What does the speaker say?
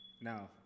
Now